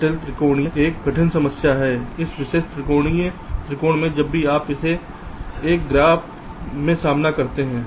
तो यह जटिल त्रिकोणीय एक कठिन समस्या है इस विशेष दृष्टिकोण में जब भी आप इसे एक ग्राफ में सामना करते हैं